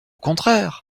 contraire